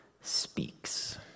speaks